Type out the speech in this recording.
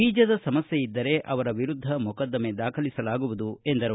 ಬೀಜದ ಸಮಸ್ಥೆ ಇದ್ದರೆ ಅವರ ವಿರುದ್ದ ಮೊಕದ್ದಮೆ ದಾಖಲಿಸಲಾಗುವುದು ಎಂದರು